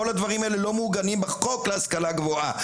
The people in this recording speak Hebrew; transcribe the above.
כל הדברים האלה לא מעוגנים בחוק להשכלה גבוהה.